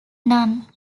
non